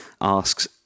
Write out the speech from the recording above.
asks